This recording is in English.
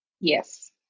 Yes